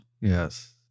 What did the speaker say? Yes